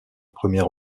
première